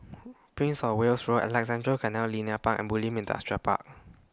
Prince of Wales Road Alexandra Canal Linear Park and Bulim Industrial Park